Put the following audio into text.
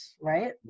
right